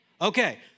Okay